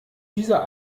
dieser